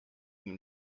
nim